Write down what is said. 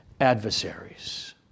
adversaries